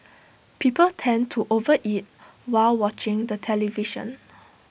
people tend to overeat while watching the television